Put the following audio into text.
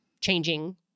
changing